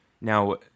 Now